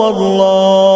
Allah